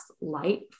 light